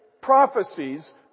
prophecies